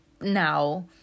now